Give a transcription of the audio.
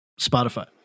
Spotify